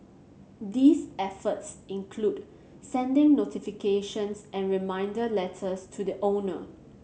these efforts include sending notifications and reminder letters to the owner